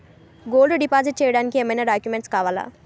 Gold deposit చేయడానికి ఏమైనా documents కావాలా?